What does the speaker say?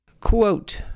Quote